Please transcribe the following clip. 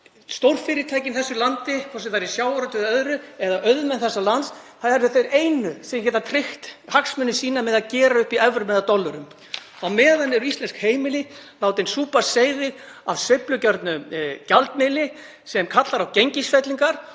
stórfyrirtækin í þessu landi, hvort sem það er í sjávarútvegi eða öðru, eða auðmenn þessa lands, eru þau einu sem geta tryggt hagsmuni sína með því að gera upp í evrum eða dollurum. Á meðan eru íslensk heimili látin súpa seyðið af sveiflugjörnum gjaldmiðli sem kallar á gengisfellingar.